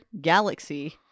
galaxy